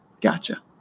Gotcha